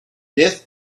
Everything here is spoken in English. death